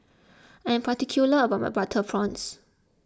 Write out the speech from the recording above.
I am particular about my Butter Prawns